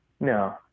No